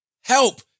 Help